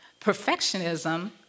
Perfectionism